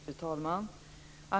Fru talman!